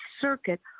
circuit